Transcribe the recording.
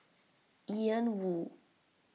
Ian Woo